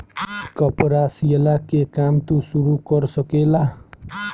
कपड़ा सियला के काम तू शुरू कर सकेला